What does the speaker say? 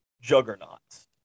juggernauts